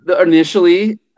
initially